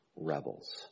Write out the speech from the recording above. rebels